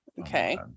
okay